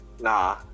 Nah